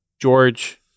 George